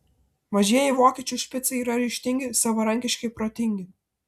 mažieji vokiečių špicai yra ryžtingi savarankiški protingi